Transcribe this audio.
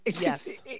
Yes